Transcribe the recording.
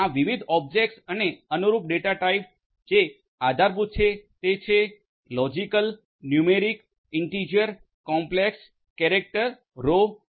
તેથી આ વિવિધ ઓબ્જેકટસ અને અનુરૂપ ડેટા ટાઈપ જે આધારભૂત છે તે છે logical numeric integer complex character raw વગેરે